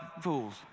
fools